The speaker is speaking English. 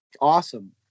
awesome